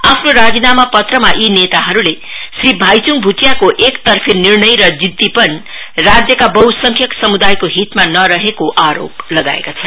आफ्नो राजीनामा पत्रमा यी नेताहरूले श्री भाइच्ड भोटियाको एकतर्फे निर्णय र जिद्दीपन राज्यका बहसङ्ख्यक समुदायको हितमा नरहेको आरोप लगाएका छन्